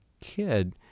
kid